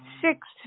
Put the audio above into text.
six